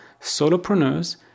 solopreneurs